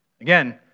Again